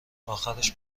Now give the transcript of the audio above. آخرش